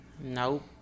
Nope